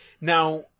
Now